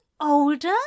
older